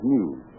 News